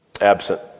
absent